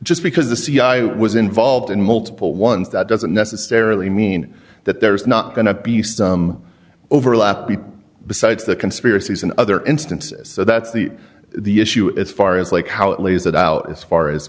just because the cia was involved in multiple ones that doesn't necessarily mean that there's not going to be some overlap people besides the conspiracies in other instances so that's the the issue as far as like how it lays that out as far as